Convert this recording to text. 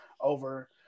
over